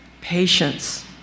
patience